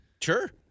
Sure